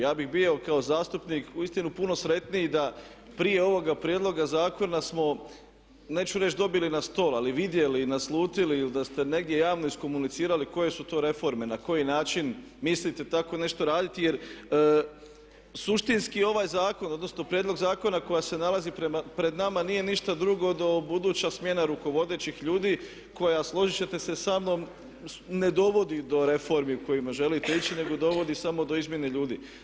Ja bih bio kao zastupnik uistinu puno sretniji da prije ovoga prijedloga zakona smo neću reći dobili na stol ali vidjeli i naslutili ili da ste negdje javno iskomunicirali koje su to reforme na koji način mislite tako nešto raditi jer suštinski ovaj zakon, odnosno prijedlog zakona koji se nalazi pred nama, nije ništa drugo do buduća smjena rukovodećih ljudi koji složit ćete se sa mnom ne dovodi do reformi kojima želite ići nego dovodi samo do izmjene ljudi.